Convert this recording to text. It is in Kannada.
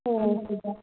ಓಹ್ ಹೌದಾ